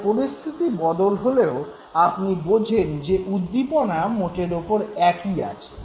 তাই পরিস্থিতির বদল হলেও আপনি বোঝেন যে উদ্দীপনা মোটের ওপর একই আছে